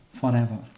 forever